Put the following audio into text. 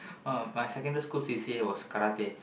oh my secondary school C_C_A was karate